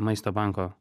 maisto banko